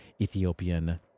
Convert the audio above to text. Ethiopian